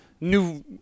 new